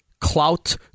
clout